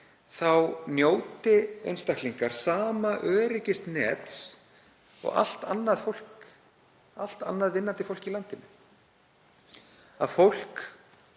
njóti einstaklingar sama öryggisnets og allt annað vinnandi fólk í landinu, að fólk